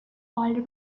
older